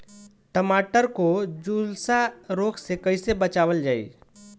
टमाटर को जुलसा रोग से कैसे बचाइल जाइ?